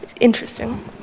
interesting